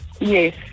Yes